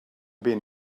being